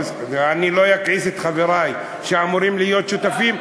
אני לא אכעיס את חברי שאמורים להיות שותפים,